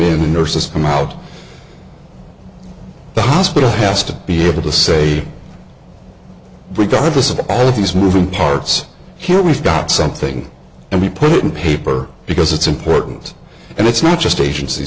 the nurses from out the hospital has to be able to say regardless of at these moving parts here we've got something and we put it in paper because it's important and it's not just agenc